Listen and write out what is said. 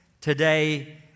today